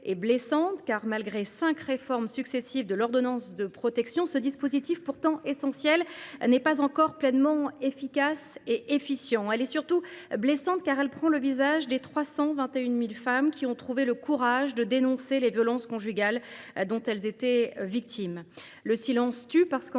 est blessante, car, malgré cinq réformes successives de l’ordonnance de protection, ce dispositif pourtant essentiel n’est toujours pas pleinement efficace et efficient. Elle est surtout blessante parce qu’elle prend le visage des 321 000 femmes qui ont trouvé le courage de dénoncer les violences conjugales dont elles étaient victimes. Le silence tue, car, en